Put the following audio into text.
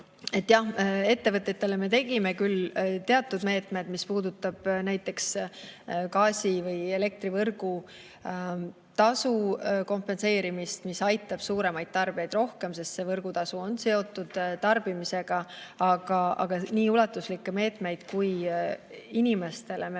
et jah, ettevõtetele me tegime küll teatud meetmed, mis puudutavad näiteks gaasi või elektri võrgutasu kompenseerimist, mis aitab suuremaid tarbijaid rohkem, sest võrgutasu on seotud tarbimisega. Aga nii ulatuslikke meetmeid kui inimestele me